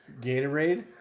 Gatorade